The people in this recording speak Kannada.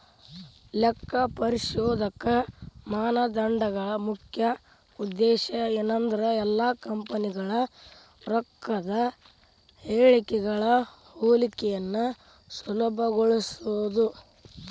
ಲೆಕ್ಕಪರಿಶೋಧಕ ಮಾನದಂಡಗಳ ಮುಖ್ಯ ಉದ್ದೇಶ ಏನಂದ್ರ ಎಲ್ಲಾ ಕಂಪನಿಗಳ ರೊಕ್ಕದ್ ಹೇಳಿಕೆಗಳ ಹೋಲಿಕೆಯನ್ನ ಸುಲಭಗೊಳಿಸೊದು